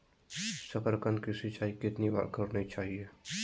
साकारकंद की सिंचाई कितनी बार करनी चाहिए?